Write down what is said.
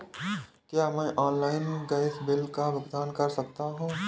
क्या मैं online gas bill का भुगतान कर सकता हूँ?